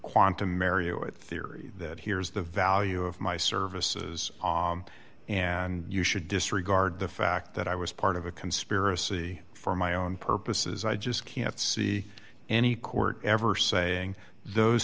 with theory that hears the value of my services and you should disregard the fact that i was part of a conspiracy for my own purposes i just can't see any court ever saying those